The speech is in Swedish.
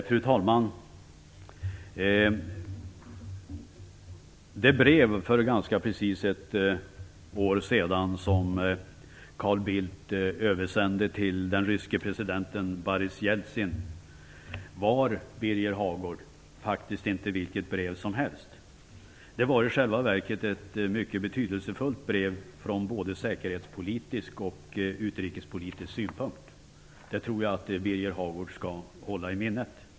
Fru talman! Det brev som Carl Bildt för ganska precis ett år sedan översände till den ryske presidenten Boris Jeltsin var, Birger Hagård, faktiskt inte vilket brev som helst. Det var i själva verket från både säkerhetspolitisk och utrikespolitisk synpunkt ett mycket betydelsefullt brev. Detta tror jag att Birger Hagård skall hålla i minnet.